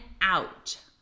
out